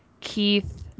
Keith